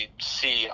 see